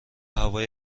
هوای